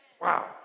Wow